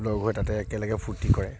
লগ হৈ তাতে একেলগে ফূৰ্তি কৰে